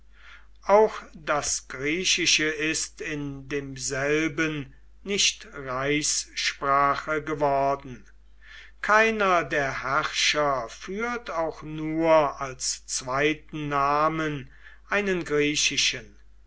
auch das griechische ist in demselben nicht reichssprache geworden keiner der herrscher führt auch nur als zweiten namen einen griechischen